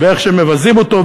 ואיך שמבזים אותו,